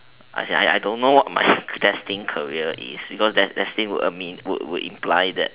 as in I I don't know what my destine career is because des~ destine would mean would imply that